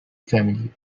family